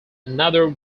another